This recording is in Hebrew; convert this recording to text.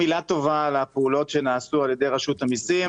מילה טובה על הפעולות שנעשו על ידי רשות המסים.